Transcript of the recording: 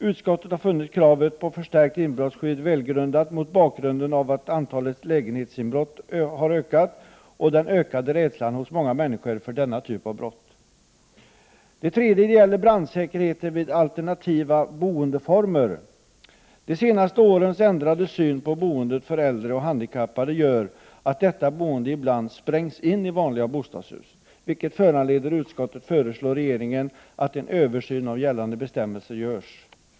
Utskottet har funnit kravet på förstärkt inbrottsskydd välgrundat mot bakgrunden av antalet lägenhetsinbrott och den ökade rädslan hos många människor för denna typ av brott. Den tredje gäller brandsäkerheten vid alternativa boendeformer. De senaste årens ändrade syn på boendet för äldre och handikappade gör att detta boende ibland ”sprängs in” i vanliga bostadshus, vilket föranleder utskottet att föreslå regeringen att en översyn av gällande bestämmelser görs.